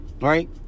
Right